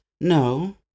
No